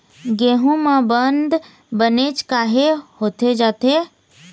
गेहूं म बंद बनेच काहे होथे जाथे?